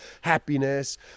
happiness